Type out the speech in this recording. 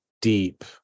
deep